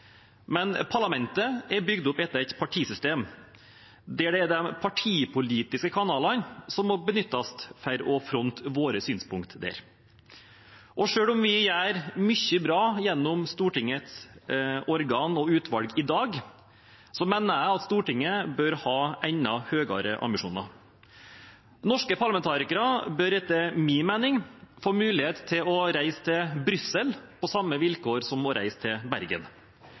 men parlamentet er bygd opp etter et partisystem der det er de partipolitiske kanalene som må benyttes for å fronte våre synspunkter der. Selv om vi gjør mye bra gjennom Stortingets organer og utvalg i dag, mener jeg at Stortinget bør ha enda høyere ambisjoner. Norske parlamentarikere bør etter min mening få mulighet til å reise til Brussel på de samme vilkår som de reiser til Bergen